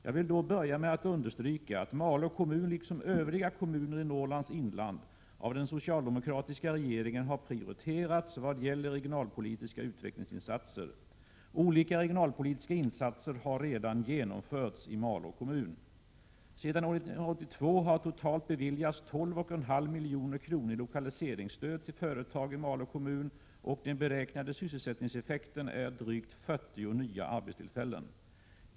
Jag vill då börja med att understryka att Malå kommun, liksom övriga kommuner i Norrlands inland, av den socialdemokratiska regeringen har prioriterats i vad gäller regionalpolitiska utvecklingsinsatser. Olika regionalpolitiska insatser har redan genomförts i Malå kommun. Sedan år 1982 har totalt beviljats 12,5 milj.kr. i lokaliseringsstöd till företag i Malå kommun, och den beräknade sysselsättningseffekten är drygt 40 nya arbetstillfällen.